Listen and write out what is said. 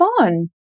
on